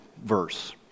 verse